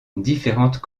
différentes